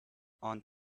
aunt